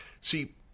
See